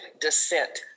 descent